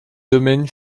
domaines